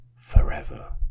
forever